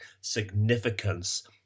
significance